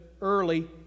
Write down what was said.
early